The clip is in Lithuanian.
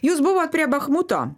jūs buvot prie bachmuto